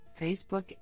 Facebook